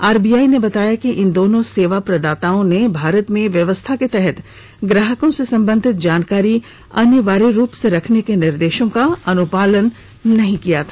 RBI ने बताया कि इन दोनों सेवा प्रदाताओं ने भारत में व्यवस्था के तहत ग्राहकों से संबंधित जानकारी अनिवार्य रूप से रखने के निर्देशों का अनुपालन नहीं किया था